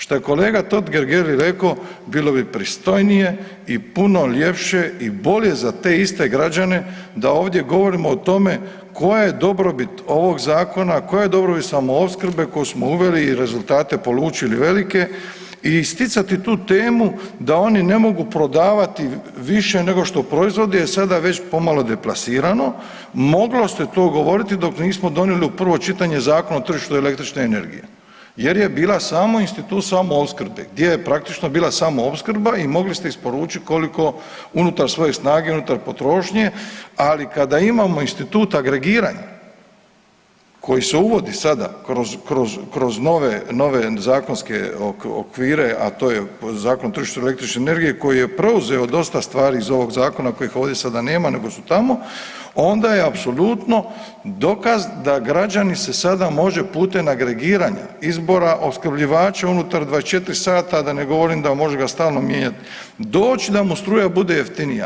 Šta je kolega Totgergeli rekao bilo bi pristojnije i puno ljepše i bolje za te iste građane da ovdje govorimo o tome koja je dobrobit ovog zakona, koja je dobrobit samoopskrbe koju smo uveli i rezultate polučili velike i isticati tu temu da oni ne mogu prodavati više nego što proizvode je sada već pomalo deplasirano, moglo se to govoriti dok nismo donijeli u prvo čitanje Zakon o tržištu električne energije jer je bila samo institut samoopskrbe gdje je praktično bila samoopskrba i mogli ste isporučiti koliko unutar svoje snage, unutar potrošnje, ali kad imamo institut agregiranja koji se uvodi sada kroz, kroz nove, nove zakonske okvire, a to je Zakon o tržištu električne energije koji je preuzeo dosta stvari iz ovog zakona kojih ovdje sada nema nego su tamo onda je apsolutno dokaz da građanin se sada može putem agregiranja izbora opskrbljivača unutar 24 sata, da ne govorim da mož ga stalno mijenjat, doći da mu struja bude jeftinija.